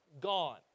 Gone